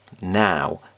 now